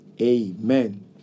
Amen